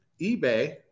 eBay